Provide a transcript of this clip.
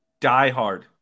diehard